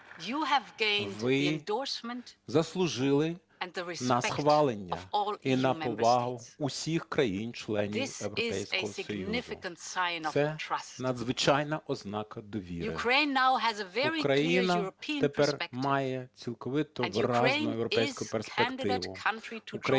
ви заслужили на схвалення і на повагу всіх країн-членів Європейського Союзу. Це надзвичайна ознака довіри. Україна тепер має цілковиту виразну європейську перспективу. Україна – країна-кандидат на вступ